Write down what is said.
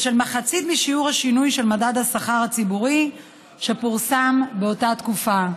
ושל מחצית משיעור השינוי של מדד השכר הציבורי שפורסם באותה תקופה.